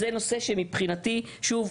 שזה נושא שמבחינתי, שוב,